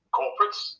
corporates